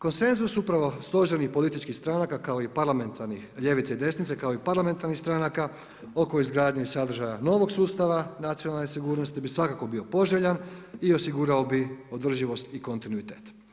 Konsenzus upravo složenih političkih stranaka ljevice i desnice, kao i parlamentarnih stranaka oko izgradnje i sadržaja novog sustav nacionalne sigurnosti bi svakako bio poželjan i osigurao bi održivost i kontinuitet.